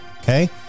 Okay